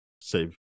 save